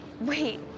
Wait